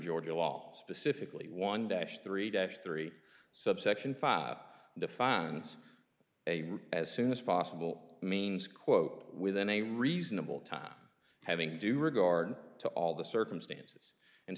georgia law specifically one dash three days three subsection five defines a right as soon as possible means quote within a reasonable time having due regard to all the circumstances and